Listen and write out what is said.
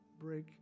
Break